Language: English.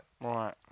Right